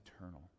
eternal